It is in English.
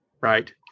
Right